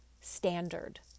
standard